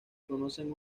conocen